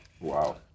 Wow